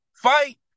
fight